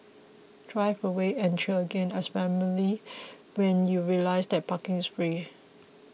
drive away and cheer again as family when you realise that parking is free